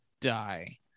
die